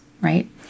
right